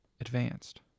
advanced